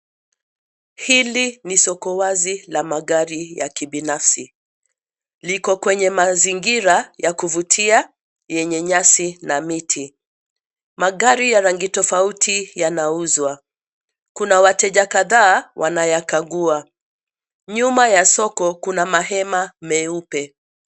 Hili ni soko wazi la magari ya kibinafsi. Liko kwenye mazingira ya kuvutia, yenye nyasi na miti. Magari ya rangi tofauti yanauzwa. Kuna wateja kadhaa wanayakagua. Nyuma ya soko kuna mahema meupe.